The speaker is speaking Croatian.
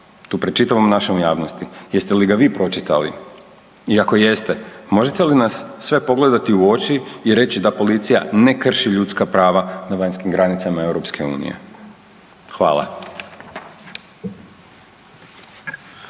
tu pred čitavom našom javnosti, jeste li ga vi pročitali i ako jeste možete li nas sve pogledati u oči i reći da policija ne krši ljudska prava na vanjskim granicama EU? Hvala.